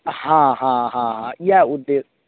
हँ हँ हँ यहए उद्देश्य